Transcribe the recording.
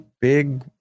big